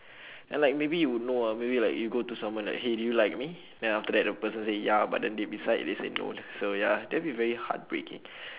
and like maybe you'd know ah maybe like you go to someone like !hey! do you like me then after that the person say ya but then they inside they say no the~ so ya that'll be very heartbreaking